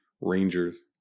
Rangers